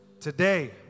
Today